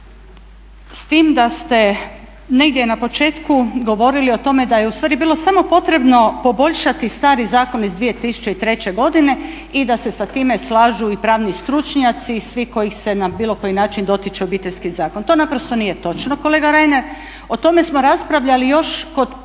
s tim da ste negdje na početku govorili o tome da je ustvari bilo samo potrebno poboljšati stari Zakon iz 2003. godine i da se sa time slažu i pravni stručnjaci i svi kojih se na bilo koji način dotiče Obiteljski zakon. To naprosto nije točno kolega Reiner, o tome smo raspravljali još kod prvog